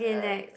uh